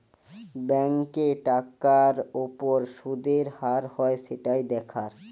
ব্যাংকে টাকার উপর শুদের হার হয় সেটাই দেখার